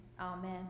Amen